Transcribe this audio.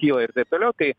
kyla ir taip toliau tai